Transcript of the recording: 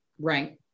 right